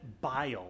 bile